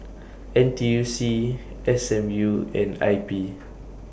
N T U C S M U and I P